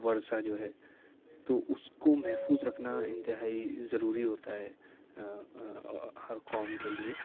ورثہ جو ہے تو اس کو محفوظ رکھنا انتہائی ضروری ہوتا ہے ہر قوم کے لیے